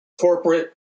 corporate